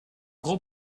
gros